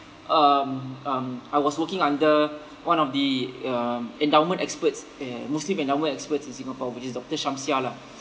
um um I was working under one of the um endowment experts a muslim endowment experts in singapore which is doctor shamsiah lah